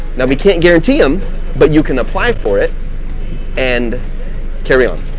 now, we can't guarantee them but you can apply for it and carry on,